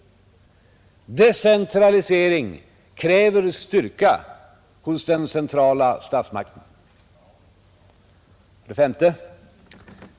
Decentralisering kräver styrka hos den centrala statsmakten. 5.